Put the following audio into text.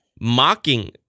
mocking